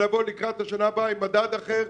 כאשר לקראת השנה הבאה לבוא עם מדד אחר,